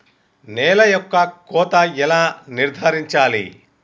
నేల యొక్క కోత ఎలా నిర్ధారించాలి?